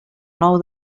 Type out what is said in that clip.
nou